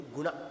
Guna